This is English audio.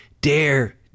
dare